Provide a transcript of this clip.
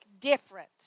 different